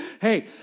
Hey